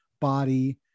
body